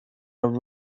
are